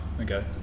Okay